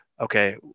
okay